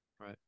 Right